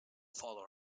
follow